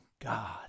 God